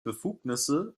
befugnisse